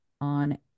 on